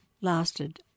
lasted